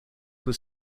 was